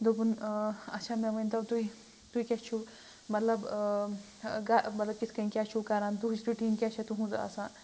دوٚپُن اَچھا مےٚ ؤنۍتو تُہۍ تُہۍ کیٛاہ چھُو مطلب گَہ مطلب کِتھ کَنۍ کیٛاہ چھُو کَران دُہٕچ رُٹیٖن کیٛاہ چھےٚ تُہُنٛز آسان